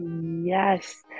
Yes